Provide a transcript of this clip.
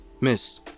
Miss